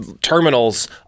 terminals